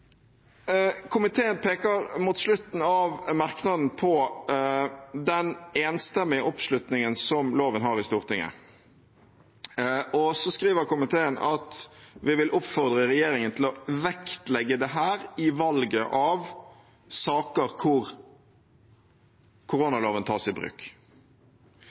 Komiteen peker mot slutten av merknaden på den enstemmige oppslutningen som loven har i Stortinget, og «vil oppfordre regjeringen til å vektlegge dette i valget av saker hvor den tas i bruk.»